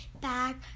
back